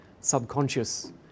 subconscious